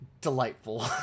delightful